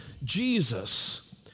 Jesus